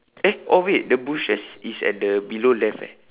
eh oh wait the bushes is at the below left eh